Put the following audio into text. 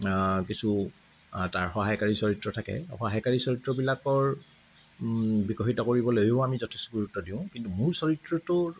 কিছু তাৰ সহায়কাৰী চৰিত্ৰ থাকে সহায়কাৰী চৰিত্ৰবিলাকৰ বিকশিত কৰিবলৈও আমি যথেষ্ট গুৰুত্ব দিওঁ কিন্তু মূল চৰিত্ৰটো